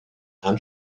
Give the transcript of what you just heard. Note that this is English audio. and